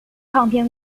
唱片